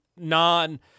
non